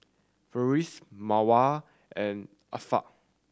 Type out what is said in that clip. Farish Mawar and Afiq